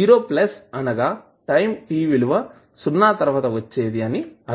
0 అనగా time t విలువ సున్నా తర్వాత వచ్చేది అని అర్థం